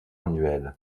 annuelles